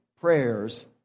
prayers